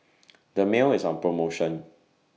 Dermale IS on promotion